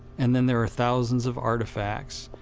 and then there are thousands of artifacts.